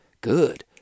Good